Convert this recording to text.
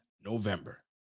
November